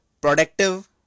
productive